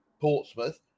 Portsmouth